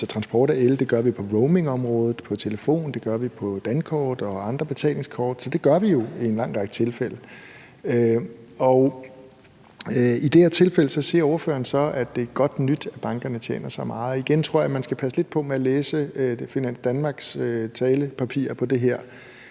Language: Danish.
transport af el. Det gør vi på roamingområdet på telefonen, og det gør vi på dankort og andre betalingskort. Så det gør vi jo i en lang række tilfælde. I det her tilfælde siger ordføreren så, at det er godt nyt, at bankerne tjener så meget. Igen tror jeg, at man skal passe lidt på med at læse Finans Danmarks talepapirer på det her.